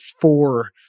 four